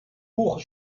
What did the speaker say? buche